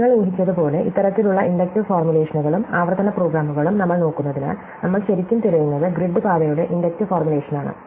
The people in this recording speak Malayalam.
നിങ്ങൾ ഊഹിച്ചതുപോലെ ഇത്തരത്തിലുള്ള ഇൻഡക്റ്റീവ് ഫോർമുലേഷനുകളും ആവർത്തന പ്രോഗ്രാമുകളും നമ്മൾ നോക്കുന്നതിനാൽ നമ്മൾ ശരിക്കും തിരയുന്നത് ഗ്രിഡ് പാതയുടെ ഇൻഡക്റ്റീവ് ഫോർമുലേഷനാണ്